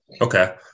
Okay